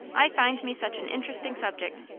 i find me such an interesting subject.